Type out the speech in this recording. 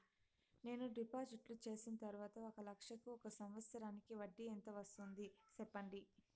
నేను డిపాజిట్లు చేసిన తర్వాత ఒక లక్ష కు ఒక సంవత్సరానికి వడ్డీ ఎంత వస్తుంది? సెప్పండి?